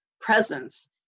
presence